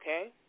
okay